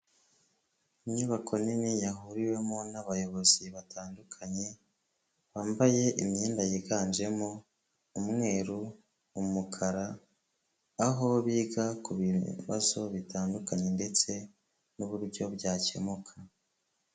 Inyubako nini yahuriwemo n'abayobozi batandukanye, bambaye imyenda yiganjemo umweru, umukara, aho biga ku bibazo bitandukanye ndetse n'uburyo byakemuka.